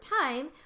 time